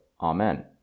Amen